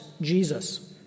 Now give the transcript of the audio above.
Jesus